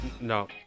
No